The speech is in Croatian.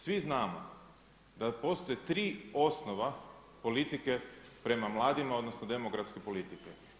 Svi znamo da postoje tri osnova politike prema mladima odnosno demografske politike.